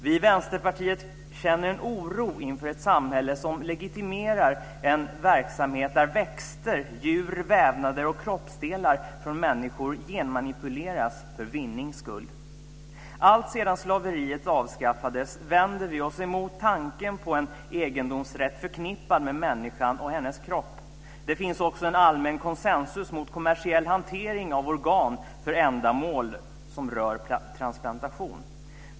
Vi i Vänsterpartiet känner en oro inför ett samhälle som legitimerar en verksamhet där växter, djur och vävnader och kroppsdelar från människor genmanipuleras för vinnings skull. Alltsedan slaveriet avskaffades vänder vi oss emot tanken på en egendomsrätt förknippad med människan och hennes kropp. Det finns också en allmän konsensus mot kommersiell hantering av organ för ändamål som rör transplantation.